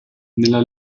nella